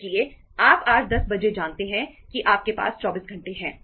इसलिए आप आज 10 बजे जानते हैं कि आपके पास 24 घंटे हैं